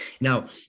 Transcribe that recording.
Now